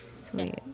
Sweet